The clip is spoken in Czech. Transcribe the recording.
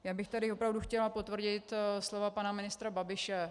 Já bych tady opravdu chtěla potvrdit slova pana ministra Babiše.